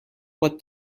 what